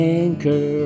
anchor